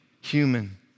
human